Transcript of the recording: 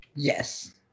Yes